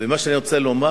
ומה שאני רוצה לומר,